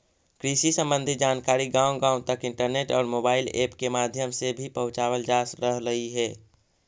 कृषि संबंधी जानकारी गांव गांव तक इंटरनेट और मोबाइल ऐप के माध्यम से भी पहुंचावल जा रहलई हे